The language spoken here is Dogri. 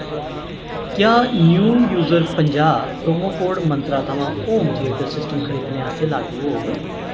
क्या न्यू यूजर पंजाह् प्रोमो कोड मंत्रा थमां होम थिएटर सिस्टम खरीदने आस्तै लागू होग